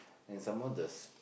and some more the